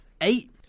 Eight